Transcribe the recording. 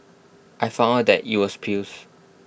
I found out that IT was piles